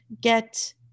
get